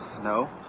no.